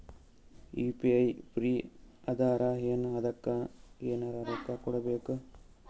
UPI free ಅದಾರಾ ಏನ ಅದಕ್ಕ ಎನೆರ ರೊಕ್ಕ ಕೊಡಬೇಕ?